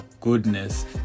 goodness